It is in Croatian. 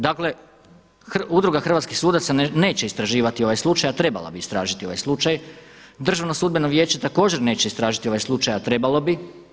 Dakle, Udruga hrvatskih sudaca neće istraživati ovaj slučaj, a trebala bi istražiti ovaj slučaj, Državno sudbeno vijeće također neće istražiti ovaj slučaj, a trebalo bi.